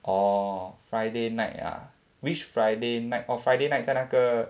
orh friday night ah which friday night orh friday night 在那个